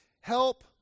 help